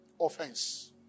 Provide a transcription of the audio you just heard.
Offense